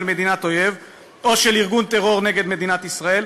מדינת אויב או של ארגון טרור נגד מדינת ישראל,